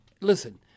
listen